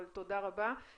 אבל תודה רבה.